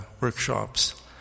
workshops